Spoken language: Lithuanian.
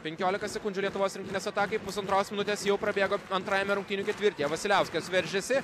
penkiolika sekundžių lietuvos rinktinės atakai pusantros minutės jau prabėgo antrajame rungtynių ketvirtyje vasiliauskas veržiasi